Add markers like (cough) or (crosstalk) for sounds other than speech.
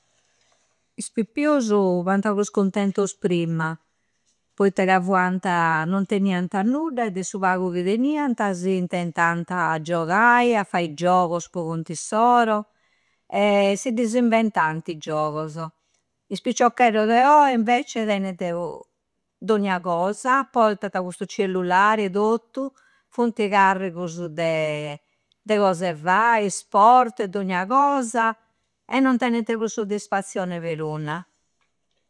Is pippiusu fuanta prus cuntentus prima, poitta ca fuanta. Non tennianta nudda e de su pagu chi tennianta s'intentanta a giogai, a fai giocos po i conto e issoro e (hesitation) si dis inventanta i giogoso. Is picciocheddos deo oe invece tennete u. Dogna cosa. Pottanta custu cellulare, e tottu. Funti carrigusu de (hesitation) de cosa e fai, sport e dogna cosa e non tennente pru soddisfazione per una.